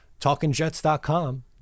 TalkingJets.com